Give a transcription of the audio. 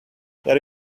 there